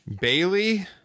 Bailey